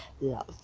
love